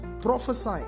Prophesy